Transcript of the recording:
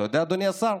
אתה יודע, אדוני השר?